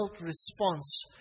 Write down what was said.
response